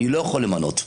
אני לא יכול למנות.